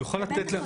הוא פלבוטומיסט.